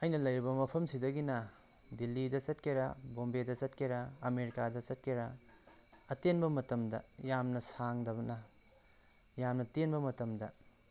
ꯑꯩꯅ ꯂꯩꯔꯤꯕ ꯃꯐꯝꯁꯤꯗꯒꯤꯅ ꯗꯤꯜꯍꯤꯗ ꯆꯠꯀꯦꯔꯥ ꯕꯣꯝꯕꯦꯗ ꯆꯠꯀꯦꯔꯥ ꯑꯃꯦꯔꯤꯀꯥꯗ ꯆꯠꯀꯦꯔꯥ ꯑꯇꯦꯟꯕ ꯃꯇꯝꯗ ꯌꯥꯝꯅ ꯁꯥꯡꯗꯕꯅ ꯌꯥꯝꯅ ꯇꯦꯟꯕ ꯃꯇꯝꯗ